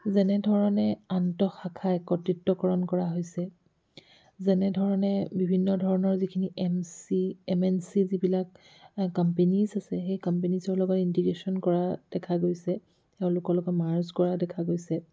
যেনেধৰণে আন্ত শাখা একত্ৰিত কৰা হৈছে যেনেধৰণে বিভিন্ন ধৰণৰ যিখিনি এম এন চি যিবিলাক কম্পেনিছ আছে সেই কম্পেনিছৰ লগত ইণ্টিগ্ৰেশ্যন কৰা দেখা গৈছে তেওঁলোকৰ লগত মাৰ্জ কৰা দেখা গৈছে